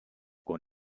con